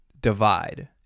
Divide